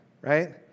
right